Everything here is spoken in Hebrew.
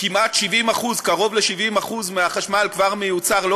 כמעט 70% קרוב ל-70% מהחשמל כבר מיוצר לא